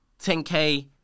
10K